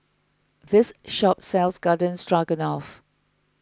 this shop sells Garden Stroganoff